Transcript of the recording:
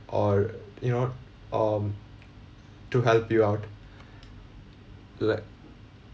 or you know um to help you out like